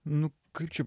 nu kaip čia